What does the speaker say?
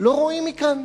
לא רואים מכאן.